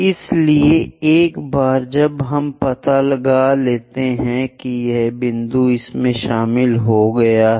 इसलिए एक बार जब हम पता लगा लेते हैं कि यह बिंदु इसमें शामिल हो गया है